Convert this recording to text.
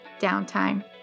Downtime